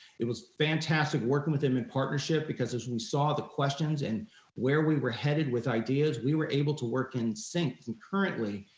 it was fantastic working with him in partnership because as we saw the questions and where we were headed with ideas, we were able to work in sync concurrently,